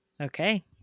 Okay